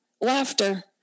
Laughter